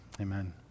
amen